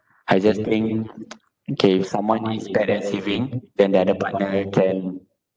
I just think okay if someone is bad at saving then the other partner can